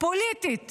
פוליטית